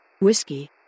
Whiskey